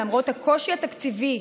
למרות הקושי התקציבי,